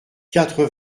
quatre